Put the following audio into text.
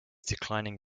declining